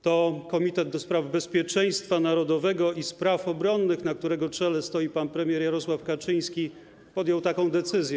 To Komitet do spraw Bezpieczeństwa Narodowego i spraw Obronnych, na którego czele stoi pan premier Jarosław Kaczyński, podjął taką decyzję.